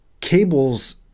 cables